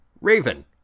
Raven